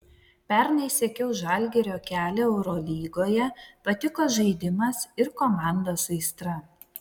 pernai sekiau žalgirio kelią eurolygoje patiko žaidimas ir komandos aistra